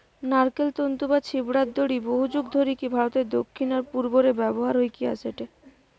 নারকেল তন্তু বা ছিবড়ার দড়ি বহুযুগ ধরিকি ভারতের দক্ষিণ আর পূর্ব রে ব্যবহার হইকি অ্যাসেটে